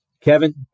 Kevin